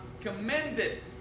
commended